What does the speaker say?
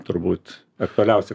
turbūt aktualiausia